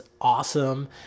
awesome